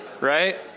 Right